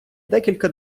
декілька